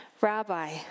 Rabbi